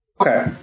okay